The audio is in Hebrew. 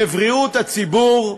בבריאות הציבור,